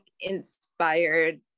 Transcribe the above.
inspired